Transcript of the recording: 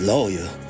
Lawyer